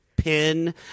pin